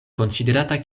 konsiderata